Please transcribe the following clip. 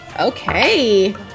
Okay